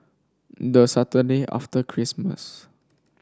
the Saturday after Christmas